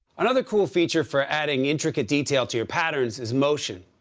another cool feature for adding intricate detail to your patterns is motion.